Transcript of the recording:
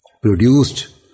produced